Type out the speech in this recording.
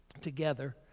together